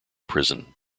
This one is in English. prison